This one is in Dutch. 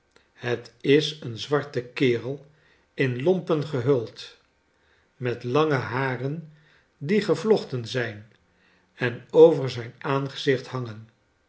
het is een zwarte kerel in lompen gehuld met lange haren die gevlochten zijn en over zijn aangezicht hangen